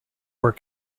were